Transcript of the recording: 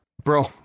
bro